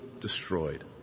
destroyed